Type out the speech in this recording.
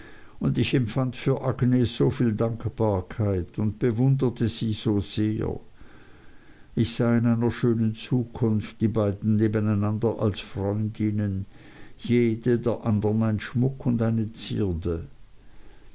hören ich empfand für agnes so viel dankbarkeit und bewunderte sie so sehr ich sah in einer schönen zukunft die beiden nebeneinander als freundinnen jede der andern ein schmuck und eine zierde